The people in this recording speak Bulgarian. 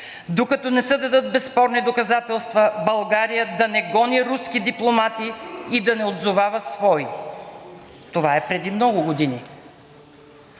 докато не се дадат безспорни доказателства, България да не гони руски дипломати и да не отзовава свои. Това е преди много години.